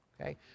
Okay